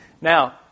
Now